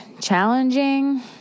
challenging